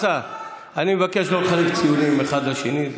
אני מבקש שלא לחלק ציונים אחד לשני.